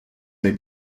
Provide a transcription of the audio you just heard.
may